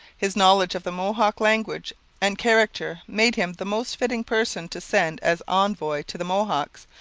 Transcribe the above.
his knowledge of the mohawk language and character made him the most fitting person to send as envoy to the mohawks,